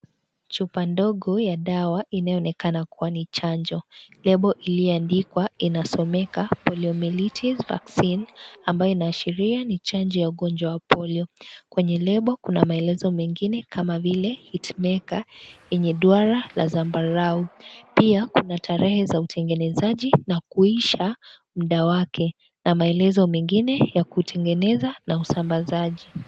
Chupa ndogo ya dawa inayoonekana kwuwa ni chanjo . Lebo iliyoandikwa inasomeka (cs)poliomative vaccine ambayo inaashiria ni ya chanjo ya ugonjwa wa polio. kwenye lebo kuna maelezo mengine kama vile hitmaker yenye duara la zambarau , pia kuna tarehe za utengenezaji na kuisha mda wake na maelezo mengine ya kutengeneza na usambazaji.